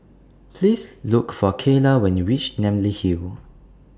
Please Look For Cayla when YOU REACH Namly Hill